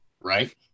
Right